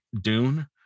Dune